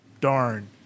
darn